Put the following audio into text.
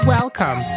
Welcome